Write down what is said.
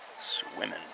Swimming